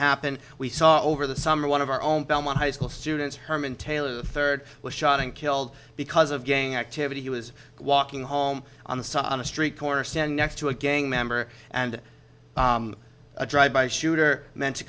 happen we saw over the summer one of our own belmont high school students herman taylor the third was shot and killed because of gang activity he was walking home on the on a street corner stand next to a gang member and a drive by shooter meant to